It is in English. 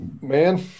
Man